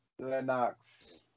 Lennox